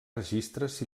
registres